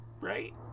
Right